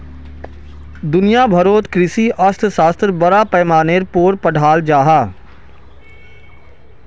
दुनिया भारोत कृषि अर्थशाश्त्र बड़ा पैमानार पोर पढ़ाल जहा